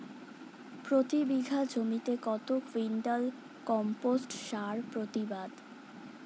প্রতি বিঘা জমিতে কত কুইন্টাল কম্পোস্ট সার প্রতিবাদ?